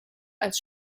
als